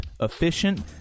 efficient